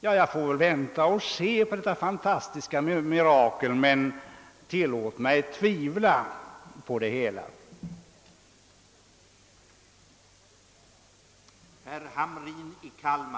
Ja, jag får vänta och se på detta fantastiska mirakel! Men tillåt mig t.v. att tvivla på det hela.